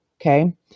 okay